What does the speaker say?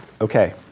Okay